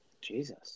Jesus